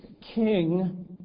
king